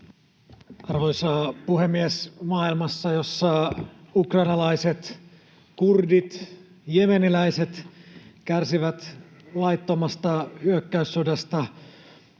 Arvoisa puhemies! Maailmassa, jossa ukrainalaiset, kurdit ja jemeniläiset kärsivät laittomasta hyökkäyssodasta;